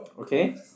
Okay